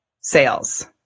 sales